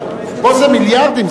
פה זה מיליארדים.